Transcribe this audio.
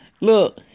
Look